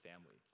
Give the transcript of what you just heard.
family